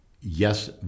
Yes